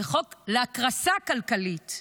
הוא חוק להקרסה כלכלית.